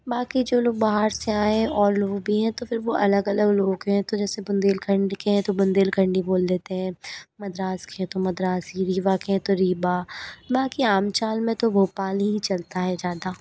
बाक़ी जो लोग बाहर से आए है और भी है तो फिर वो अलग अलग लोग है तो जैसे बुंदेलखंड के हैं तो बुन्देलखंडी बोल देते हैं मद्रास के है तो मद्रासी रीवा के है तो रीवा बाक़ी आम चाल मे तो भोपाली ही चलता है ज़्यादा